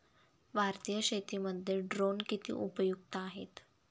भारतीय शेतीमध्ये ड्रोन किती उपयुक्त आहेत?